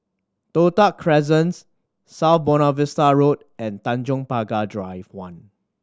Toh Tuck Crescents South Buona Vista Road and Tanjong Pagar Drive One